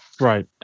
Right